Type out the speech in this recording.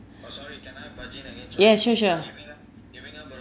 yes sure sure